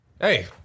Hey